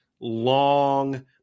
long